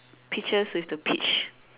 peaches with the peach